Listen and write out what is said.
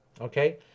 Okay